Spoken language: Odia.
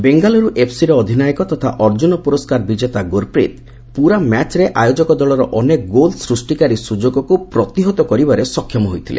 ବେଙ୍ଗାଲୁରୁ ଏଫ୍ସି ର ଅଧିନାୟକ ତଥା ଅର୍ଜ୍ଜୁନ ପୁରସ୍କାର ବିଜେତା ଗୁରୁପ୍ରୀତ୍ ପୂରା ମ୍ୟାଚ୍ରେ ଆୟୋଜକ ଦଳର ଅନେକ ଗୋଲ୍ ସୃଷ୍ଟିକାରୀ ସୁଯୋଗକୁ ପ୍ରତିହତ କରିବାରେ ସକ୍ଷମ ହୋଇଥିଲେ